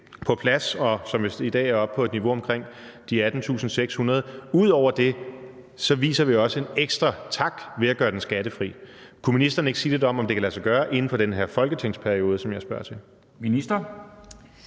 på plads, og som vist i dag er oppe på et niveau omkring 18.600 kr., så siger vi også en ekstra tak ved at gøre den skattefri. Kunne ministeren ikke sige lidt om, om det kan lade sig gøre inden for den her folketingsperiode, som jeg spørger til?